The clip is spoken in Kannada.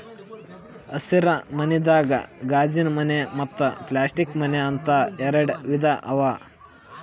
ಹಸಿರ ಮನಿದಾಗ ಗಾಜಿನಮನೆ ಮತ್ತ್ ಪ್ಲಾಸ್ಟಿಕ್ ಮನೆ ಅಂತ್ ಎರಡ ವಿಧಾ ಅವಾ